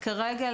כרגע,